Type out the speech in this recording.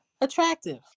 Attractive